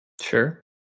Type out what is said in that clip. Sure